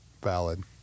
Valid